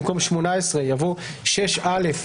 במקום "18" יבוא "6א,